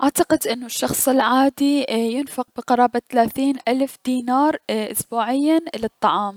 اعتقد انو الشخص العادي ينفق بقرابة ثلاثين الف دينار اسبوعيا للطعام.